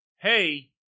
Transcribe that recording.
hey